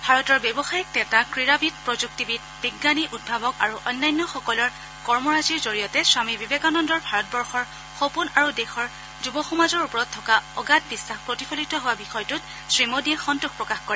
ভাৰতৰ ব্যৱসায়ীক নেতা ক্ৰীড়াবিদ প্ৰযুক্তিবিদ বিজ্ঞানী উদ্ভাৱক আৰু অন্যান্য সকলৰ কৰ্মৰাজিৰ জৰিয়তে স্বামী বিবেকানন্দৰ ভাৰতবৰ্ষৰ সপোন আৰু দেশৰ যুৱ সমাজৰ ওপৰত থকা অগাধ বিখাস প্ৰতিফলিত হোৱা বিষয়টোত শ্ৰী মোডীয়ে সন্তোষ প্ৰকাশ কৰে